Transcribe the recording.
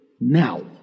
now